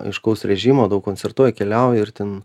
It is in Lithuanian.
aiškaus režimo daug koncertuoji keliauji ir ten